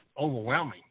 overwhelming